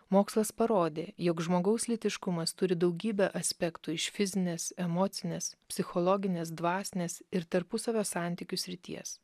mokslas parodė jog žmogaus lytiškumas turi daugybę aspektų iš fizinės emocinės psichologinės dvasinės ir tarpusavio santykių srities